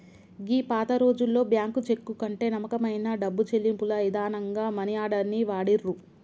గీ పాతరోజుల్లో bank cheque కంటే నమ్మకమైన డబ్బు చెల్లింపుల ఇదానంగా మనీ ఆర్డర్ ని వాడిర్రు